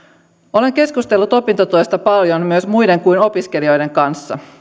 olen keskustellut opintotuesta paljon myös muiden kuin opiskelijoiden kanssa